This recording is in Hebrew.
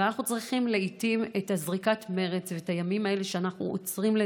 אנחנו צריכים לעיתים את זריקת המרץ ואת הימים האלה שאנחנו עוצרים לדקה,